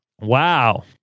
Wow